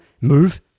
move